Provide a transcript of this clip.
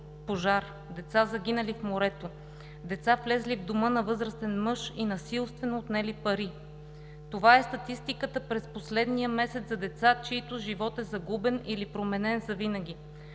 пожар, деца загинали в морето, деца влезли в дома на възрастен мъж и насилствено отнели пари. Това е статистиката през последния месец за деца, чийто живот е загубен или променен завинаги.